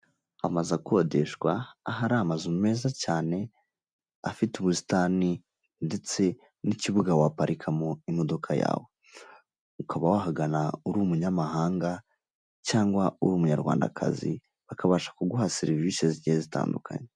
Amazu akodeshwa, ahari amazu meza cyane afite ubusitani ndetse n'ikibuga waparikamo imodoka yawe; ukaba wahagana uri umunyamahanga cyangwa uri umunyarwandakazi bakabasha kuguha serivise zigiye zitandukanye.